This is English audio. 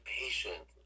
patient